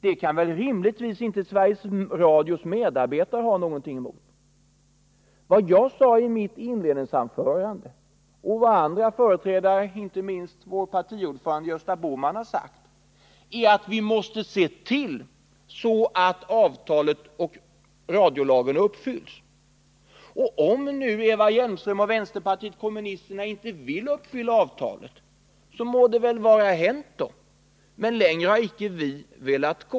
Det kan väl inte heller Sveriges Radios medarbetare ha någonting emot? Vad jag sade i mitt inledningsanförande och vad andra företrädare för moderaterna, inte minst vår partiordförande Gösta Bohman, har sagt är att vi måste se till att bestämmelserna i radiolagen och radioavtalet följs. Om Eva Hjelmström och vänsterpartiet kommunisterna inte vill vara med om det må det vara hänt.